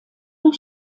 nur